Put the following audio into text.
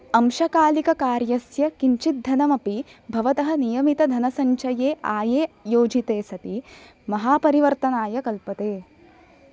अंशकालिककार्यस्य किञ्चित् धनमपि भवतः नियमितधनसञ्चये आये योजिते सति महापरिवर्तनाय कल्पते